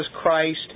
Christ